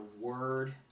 word